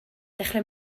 dechrau